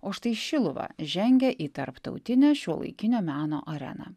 o štai šiluva žengia į tarptautinę šiuolaikinio meno areną